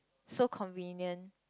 so convenient